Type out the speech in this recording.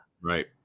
right